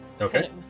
Okay